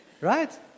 right